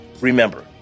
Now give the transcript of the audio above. Remember